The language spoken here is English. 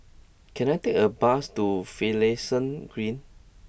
can I take a bus to Finlayson Green